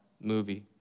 movie